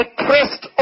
pressed